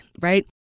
right